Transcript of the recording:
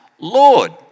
Lord